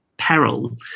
peril